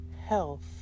Health